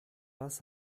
was